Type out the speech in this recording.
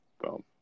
Boom